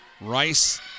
Rice